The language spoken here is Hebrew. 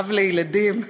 אב לילדים,